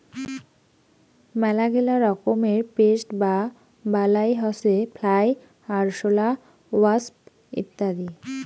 মেলাগিলা রকমের পেস্ট বা বালাই হসে ফ্লাই, আরশোলা, ওয়াস্প ইত্যাদি